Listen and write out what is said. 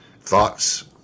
thoughts